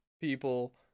people